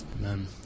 Amen